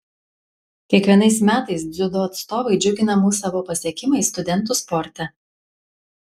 kiekvienais metais dziudo atstovai džiugina mus savo pasiekimais studentų sporte